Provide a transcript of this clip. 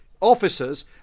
Officers